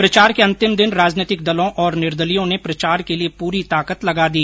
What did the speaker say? प्रचार के अंतिम दिन राजनैतिक दलों और निर्दलीयों ने प्रचार के लिए पूरी ताकत लगा दी